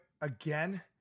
again